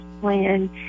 plan